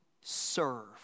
serve